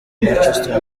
manchester